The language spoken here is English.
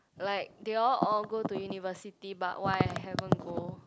like they all all go to university but why I haven't go